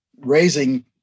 Raising